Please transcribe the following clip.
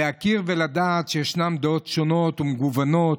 להכיר ולדעת שישנן דעות שונות ומגוונות